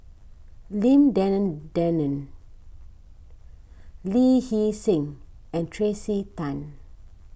Lim Denan Denon Lee Hee Seng and Tracey Tan